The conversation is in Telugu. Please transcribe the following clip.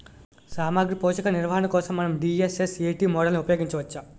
సామాగ్రి పోషక నిర్వహణ కోసం మనం డి.ఎస్.ఎస్.ఎ.టీ మోడల్ని ఉపయోగించవచ్చా?